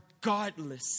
godless